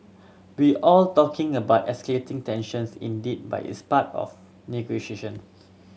we all talking about escalating tensions indeed but it's part of negotiations